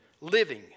living